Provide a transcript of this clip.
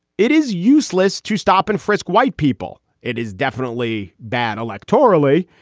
it is useless to stop and frisk white people. it is definitely bad electorally,